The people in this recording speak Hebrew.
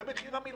זה מחיר המלחמה.